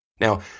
Now